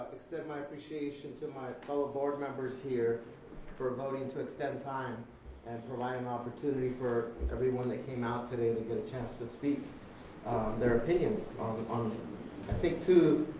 extend my appreciation to my fellow board members here for voting to extend time to and provide an opportunity for everyone that came out today to get a chance to speak their opinions on i think, two,